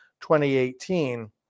2018